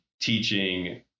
teaching